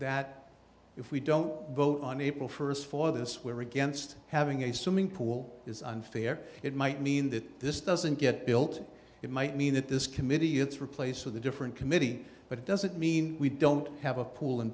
that if we don't vote on april first for this we are against having a swimming pool is unfair it might mean that this doesn't get built it might mean that this committee it's replaced with a different committee but it doesn't mean we don't have a pool